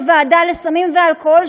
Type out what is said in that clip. בוועדה לסמים ואלכוהול,